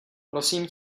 prosím